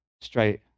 straight